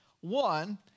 One